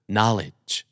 Knowledge